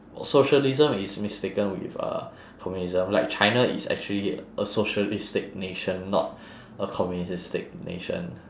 socialism is mistaken with uh communism like china is actually a socialistic nation not a communistic nation